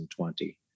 2020